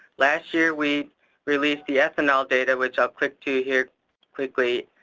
last year, we released the ethanol data, which i'll click to here quickly,